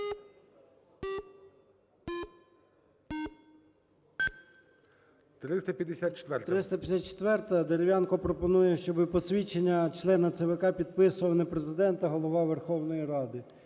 354-а. Дерев'янко пропонує, щоби посвідчення члена ЦВК підписував не Президент, а Голова Верховної Ради.